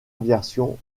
aviation